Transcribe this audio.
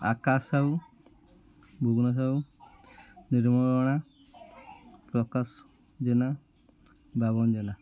Akash Sahu Bubuna Sahu Nirmala Prakash Jena Baban Jena